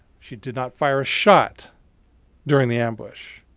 she did not fire a shot during the ambush.